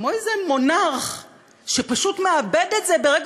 כמו איזה מונרך שפשוט מאבד את זה ברגע